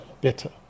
better